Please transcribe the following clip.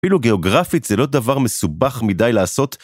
אפילו גיאוגרפית זה לא דבר מסובך מדי לעשות.